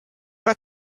got